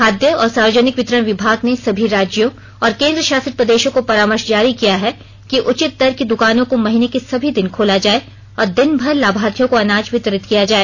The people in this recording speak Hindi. खाद्य और सार्वजनिक वितरण विभाग ने सभी राज्यों और केन्द्रशासित प्रदेशों को परामर्श जारी किया है कि उचित दर की दुकानों को महीने के सभी दिन खोला जाए और दिनभर लाभार्थियों को अनाज वितरित किया जाए